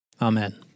Amen